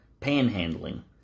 panhandling